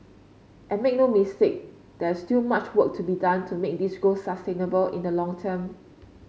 and make no mistake there's still much work to be done to make this growth sustainable in the long term